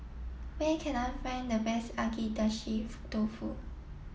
where can I find the best Agedashi Dofu